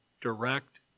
direct